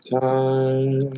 time